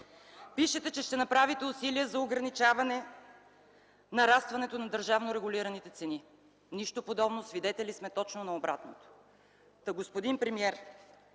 Пишете, че ще направите усилия за ограничаване нарастването на държавно регулираните цени – нищо подобно, свидетели сме точно на обратното. Та, господин премиер,